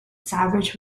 savage